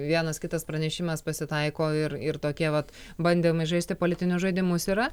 vienas kitas pranešimas pasitaiko ir ir tokie vat bandymai žaisti politinius žaidimus yra